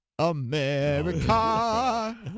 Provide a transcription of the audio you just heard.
America